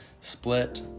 split